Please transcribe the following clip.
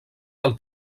del